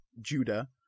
judah